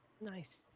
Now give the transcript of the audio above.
Nice